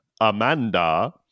Amanda